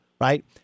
right